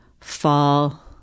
fall